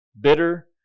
Bitter